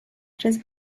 tres